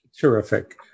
Terrific